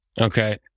okay